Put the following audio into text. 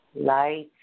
light